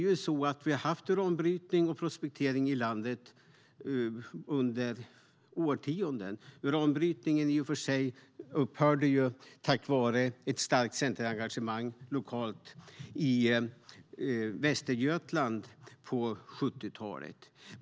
Vi har haft uranbrytning och prospektering i landet under årtionden. Uranbrytningen upphörde i och för sig tack vare ett starkt centerengagemang lokalt i Västergötland på 70-talet.